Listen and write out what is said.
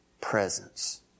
presence